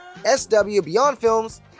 SWBeyondFilms